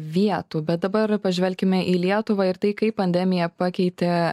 vietų bet dabar pažvelkime į lietuvą ir tai kaip pandemija pakeitė